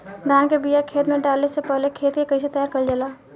धान के बिया खेत में डाले से पहले खेत के कइसे तैयार कइल जाला?